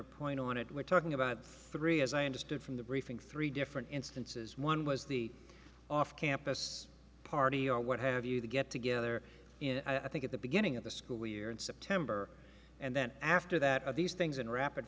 er point on it we're talking about three as i understood from the briefing three different instances one was the off campus party or what have you to get together in i think at the beginning of the school year in september and then after that of these things in rapid